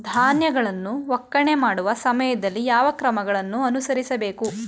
ಧಾನ್ಯಗಳನ್ನು ಒಕ್ಕಣೆ ಮಾಡುವ ಸಮಯದಲ್ಲಿ ಯಾವ ಕ್ರಮಗಳನ್ನು ಅನುಸರಿಸಬೇಕು?